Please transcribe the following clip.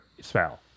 spell